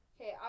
Okay